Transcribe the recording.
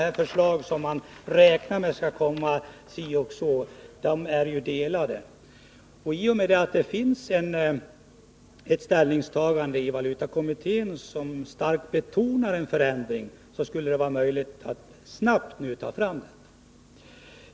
Eftersom det redan nu finns ett ställningstagande i valutakommittén som starkt pekar mot att man kommer att föreslå förändringar, borde det vara möjligt att snabbt genomföra sådana.